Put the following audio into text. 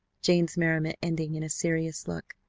jane's merriment ending in a serious look.